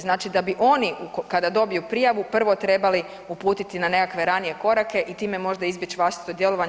Znači da bi oni kada dobiju prijavu prvo trebali uputiti na nekakve ranije korake i time možda izbjeći vlastito djelovanje.